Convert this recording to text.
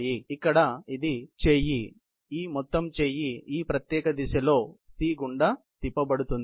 కాబట్టి ఇక్కడ మొత్తం చేయి ఈ మొత్తం చేయి ఈ ప్రత్యేక దిశలో C గుండా తిప్పబడుతుంది